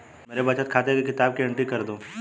मेरे बचत खाते की किताब की एंट्री कर दो?